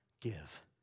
give